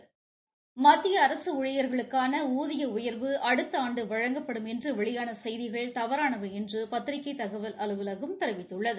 ழீ ச ஏர்நெட் மத்திய அரசு ஊழியா்களுக்கான ஊதிய உயா்வு அடுத்த ஆண்டு வழங்கப்படும் என்று வெளியான செய்திகள் தவறானவை என்று பத்திரிகை தகவல் அலுவலகம் தெரிவித்துள்ளது